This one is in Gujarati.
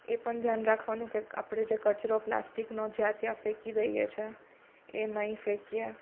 એ પણ ધ્યાન રાખવાનું કે આપણે કચરો પ્લાસ્ટિકનો જ્યાં ત્યાં ફેંકી દઈએ છીએ એ નહીં ફેંકીએ